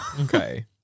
okay